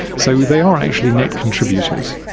so they are actually net contributors.